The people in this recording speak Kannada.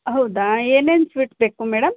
ಹೌದಾ ಏನೇನು ಸ್ವೀಟ್ ಬೇಕು ಮೇಡಮ್